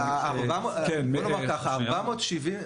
בוא נאמר ככה: